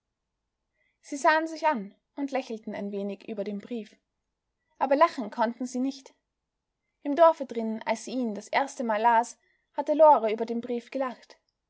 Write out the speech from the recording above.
sie sahen sich an und lächelten ein wenig über den brief aber lachen konnten sie nicht im dorfe drin als sie ihn das erstemal las hatte lore über den brief gelacht